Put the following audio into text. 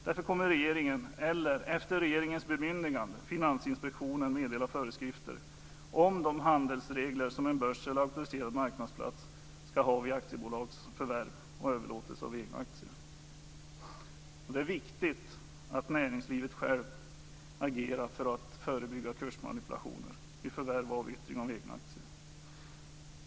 Därför kommer regeringen eller, efter regeringens bemyndigande, Finansinspektionen att meddela föreskrifter om de handelsregler som en börs eller auktoriserad marknadsplats ska ha vid aktiebolags förvärv och överlåtelse av egna aktier. Det är viktigt att näringslivet självt agerar för att förebygga kursmanipulationer vid förvärv och avyttring av egna aktier.